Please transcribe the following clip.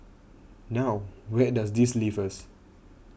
now where does this leave us